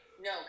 no